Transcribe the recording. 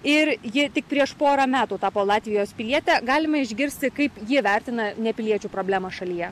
ir ji tik prieš porą metų tapo latvijos piliete galime išgirsti kaip ji vertina nepiliečių problemą šalyje